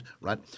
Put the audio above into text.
Right